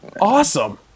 awesome